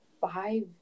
five